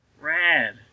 Rad